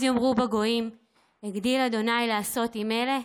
אז יאמרו בגוים הגדיל ה' לעשות עם אלה.